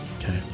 Okay